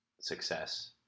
success